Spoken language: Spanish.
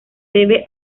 debe